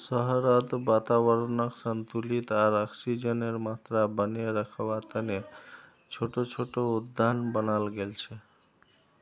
शहरत वातावरनक संतुलित आर ऑक्सीजनेर मात्रा बनेए रखवा तने छोटो छोटो उद्यान बनाल गेल छे